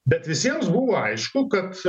bet visiems buvo aišku kad